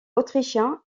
autrichien